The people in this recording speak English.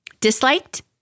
disliked